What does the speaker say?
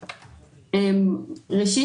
ראשית,